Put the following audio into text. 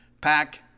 pack